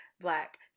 Black